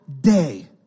day